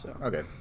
Okay